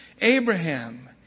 Abraham